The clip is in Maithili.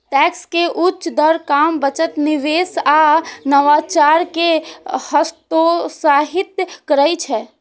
टैक्स के उच्च दर काम, बचत, निवेश आ नवाचार कें हतोत्साहित करै छै